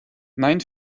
nein